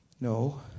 No